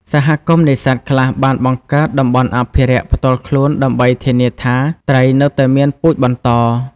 សហគមន៍នេសាទខ្លះបានបង្កើត តំបន់អភិរក្ស ផ្ទាល់ខ្លួនដើម្បីធានាថាត្រីនៅតែមានពូជបន្ត។